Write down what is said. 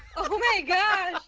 oh my god